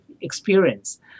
experience